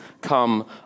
come